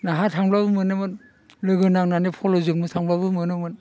नाहा थांब्लाबो मोनोमोन लोगो नांनानै फल'जोंबो थांब्लाबो मोनोमोन